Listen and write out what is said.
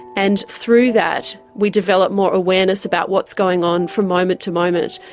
and through that we develop more awareness about what's going on from moment to moment,